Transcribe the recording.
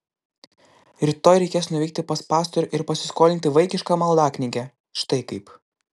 rytoj reikės nuvykti pas pastorių ir pasiskolinti vaikišką maldaknygę štai kaip